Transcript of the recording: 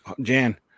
Jan